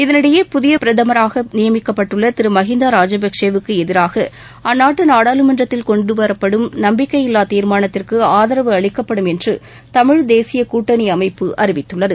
இதனிடையே புதிய பிரதமராக நியமிக்கப்பட்டுள்ள திரு மகிந்தா ராஜபக்கேவுக்கு எதிராக அந்நாட்டு நாடாளுமன்றத்தில் கொண்டு வரப்படும் நம்பிக்கையில்வா தீர்மானத்திற்கு ஆதரவு அளிக்கப்படும் என்று தமிழ் தேசிய கூட்டணி அமைப்பு அறிவித்துள்ளது